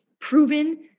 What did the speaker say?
proven